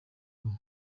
ubu